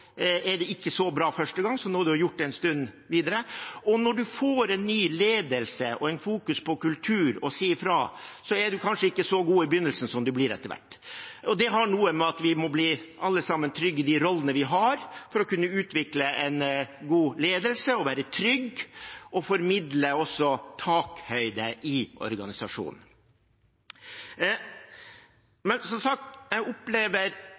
bra første gang som når man har gjort det en stund. Og når man får en ny ledelse og det blir fokusert på kultur og det å si fra, er man kanskje ikke så god i begynnelsen som man blir etter hvert. Det har å gjøre med at vi alle sammen må bli trygge i de rollene vi har, for å kunne utvikle en god ledelse, være trygg og formidle takhøyde i organisasjonen. Som sagt opplever jeg at vi er på riktig vei. Jeg opplever